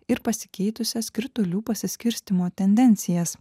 ir pasikeitusias kritulių pasiskirstymo tendencijas